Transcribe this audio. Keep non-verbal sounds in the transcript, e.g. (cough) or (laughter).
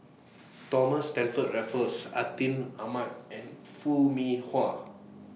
(noise) Thomas Stamford Raffles Atin Amat and Foo Mee Hua